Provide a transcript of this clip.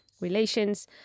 relations